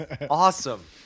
Awesome